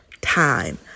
time